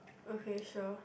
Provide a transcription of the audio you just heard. okay sure